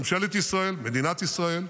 על ממשלת ישראל, מדינת ישראל,